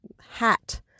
hat